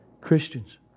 Christians